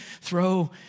throw